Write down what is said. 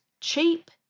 cheap